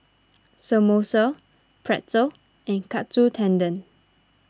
Samosa Pretzel and Katsu Tendon